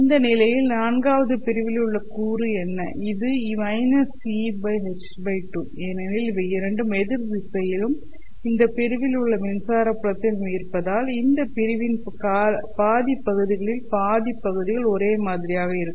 இந்த நிலையில் நான்காவது பிரிவில் உள்ள கூறு என்ன இது -En1h2 ஏனெனில் இவை இரண்டும் எதிர் திசையிலும் இந்த பிரிவில் உள்ள மின்சார புலத்திலும் இருப்பதால் இந்த பிரிவின் பாதி பகுதிகளில் பாதி பகுதிகள் ஒரே மாதிரியாக இருக்கும்